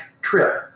trip